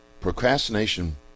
Procrastination